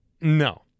no